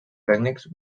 tècnics